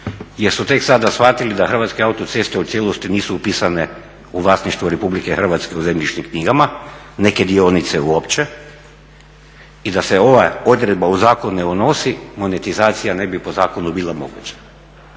jer su tek sada shvatili da Hrvatske autoceste u cijelosti nisu upisane u vlasništvo Republike Hrvatske u zemljišnim knjigama, neke dionice uopće i da se ova odredba u zakon ne unosi monetizacija ne bi po zakonu bila moguća.